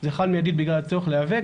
זה חל מיידית בגלל הצורך להיאבק.